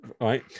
right